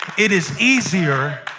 it is easier